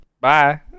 Bye